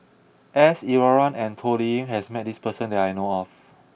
S Iswaran and Toh Liying has met this person that I know of